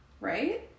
right